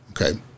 okay